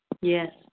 Yes